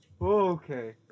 Okay